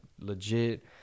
legit